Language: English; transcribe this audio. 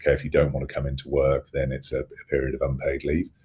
yeah if you don't want to come into work, then it's ah a period of unpaid leave.